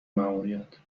ماموریت